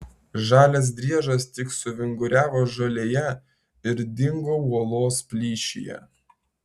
žalias driežas tik suvinguriavo žolėje ir dingo uolos plyšyje